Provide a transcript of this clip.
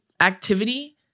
activity